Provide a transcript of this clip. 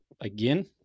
again